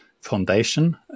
foundation